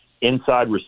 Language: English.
inside